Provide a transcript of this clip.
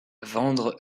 vendre